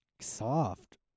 soft